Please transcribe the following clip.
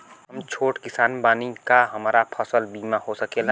हम छोट किसान बानी का हमरा फसल बीमा हो सकेला?